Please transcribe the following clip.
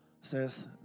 says